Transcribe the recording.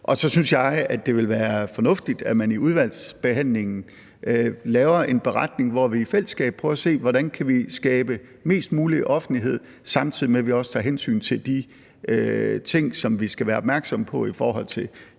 Så synes jeg, det vil være fornuftigt, at man i udvalgsbehandlingen laver en beretning, hvor vi i fællesskab prøver at se, hvordan vi kan skabe mest mulig offentlighed, samtidig med at vi også tager hensyn til de ting, som vi skal være opmærksomme på i forhold til